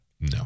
No